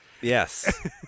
yes